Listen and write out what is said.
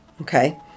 okay